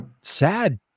sad